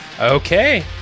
Okay